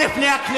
אלה פני הכנסת.